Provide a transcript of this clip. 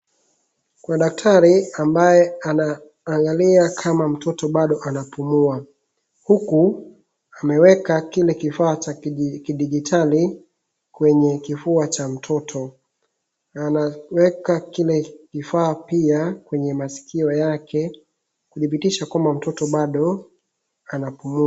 Kuna daktari ambaye anaangalia kama mtoto bado anapumua, huku ameweka kile kifaa cha kidijitali, kwenye kifua cha mtoto na anaweka kile kifaa pia kwenye masikio yake , kudhibitisha kuwa mtoto bado anapumua.